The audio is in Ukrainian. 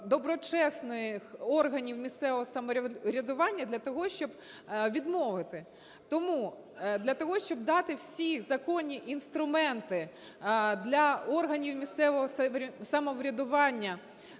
доброчесних органів місцевого самоврядування для того, щоб відмовити. Тому для того, щоб дати всі законні інструменти для органів місцевого самоврядування